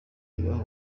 ibahe